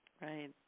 right